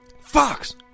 Fox